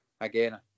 again